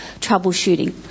troubleshooting